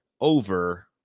over